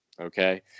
Okay